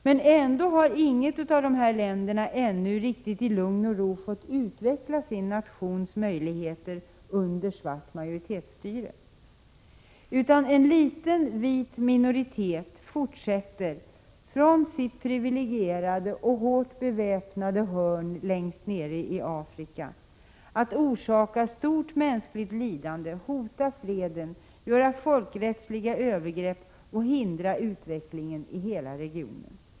Men ändå har inget av dessa länder ännu riktigt i lugn och ro fått utveckla sin nations möjligheter under svart majoritetsstyre, utan en liten vit minoritet fortsätter att från sitt privilegierade och starkt beväpnade hörn längst nere i Afrika orsaka stort mänskligt lidande, hota freden, göra folkrättsliga övergrepp och hindra utvecklingen i hela regionen.